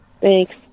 Thanks